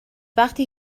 وقتی